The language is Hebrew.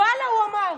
ואללה, הוא אמר.